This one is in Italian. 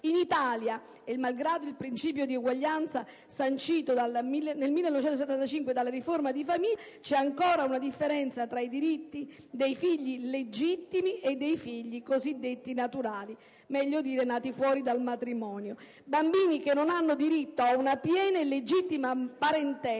In Italia, e malgrado il principio di uguaglianza sancito nel 1975 dalla riforma del diritto di famiglia, c'è ancora una differenza tra i diritti dei figli legittimi e quelli dei figli cosiddetti naturali, meglio dire nati fuori dal matrimonio, bambini che non hanno diritto ad una piena e legittima parentela,